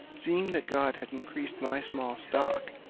seeing that god had increased my small stock,